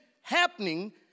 happening